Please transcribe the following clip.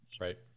Right